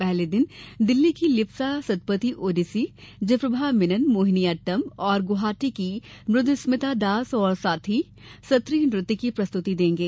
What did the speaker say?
पहले दिन दिल्ली की लिप्सा सत्पथी ओडिसी जयप्रभा मेनन मोहिनीअट्टम और गुवाहाटी की मुद्रस्मिता दास और साथी सत्रिय नृत्य प्रस्तुति देंगे